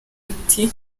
ati